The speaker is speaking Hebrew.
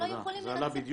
הם לא יכולים לנצל.